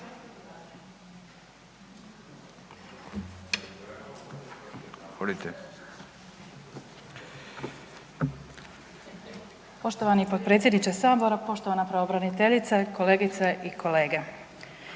Poštovani potpredsjedniče sabora, poštovana pravobraniteljice, kolegice i kolege.